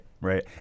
right